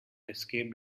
escaped